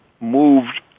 moved